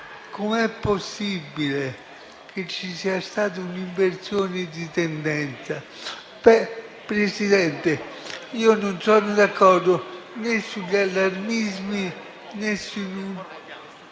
com'è possibile che ci sia stata un'inversione di tendenza. Signora Presidente, io non sono d'accordo né sugli allarmismi, né sulla